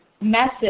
message